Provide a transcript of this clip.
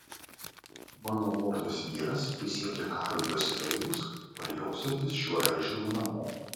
mano lordas vyras prisiekė karui pasibaigus parjosiantis šiuo eržilu namo